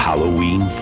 Halloween